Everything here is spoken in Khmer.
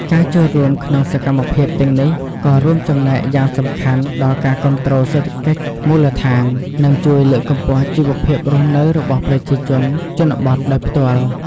ការចូលរួមក្នុងសកម្មភាពទាំងនេះក៏រួមចំណែកយ៉ាងសំខាន់ដល់ការគាំទ្រដល់សេដ្ឋកិច្ចមូលដ្ឋាន និងជួយលើកកម្ពស់ជីវភាពរស់នៅរបស់ប្រជាជនជនបទដោយផ្ទាល់។